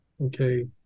Okay